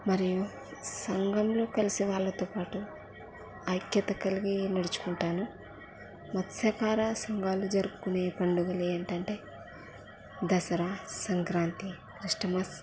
మరియు సంఘంలో కలిసి వాళ్ళతో పాటు ఐక్యత కలిగి నడుచుకుంటారు మత్స్యకార సంఘాలు జరుపుకునే పండుగలు ఏంటంటే దసరా సంక్రాంతి క్రిస్మస్